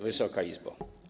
Wysoka Izbo!